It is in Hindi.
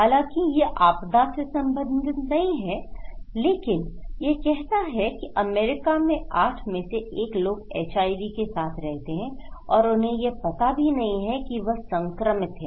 हालांकि यह आपदा से संबंधित नहीं है लेकिन यह कहता है कि अमेरिका में 8 में से 1 लोग एचआईवी के साथ रहते हैं और उन्हें यह पता भी नहीं कि वह संक्रमित हैं